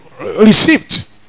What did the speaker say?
receipt